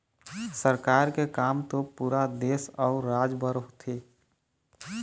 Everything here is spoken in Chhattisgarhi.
सरकार के काम तो पुरा देश अउ राज बर होथे